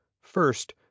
First